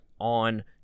on